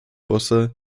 busse